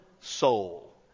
soul